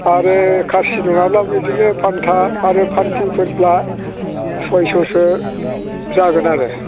आरो खासि नङाब्ला बिदिनो फानथा आरो फानथिफोरब्ला सयस'सो जागोन आरो